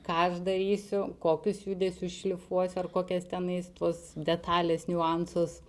ką aš darysiu kokius judesius šlifuosiu ar kokias tenais tuos detales niuansus